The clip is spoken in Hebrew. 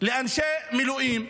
לאנשי מילואים,